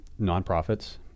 nonprofits